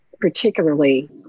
particularly